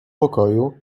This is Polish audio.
pokoju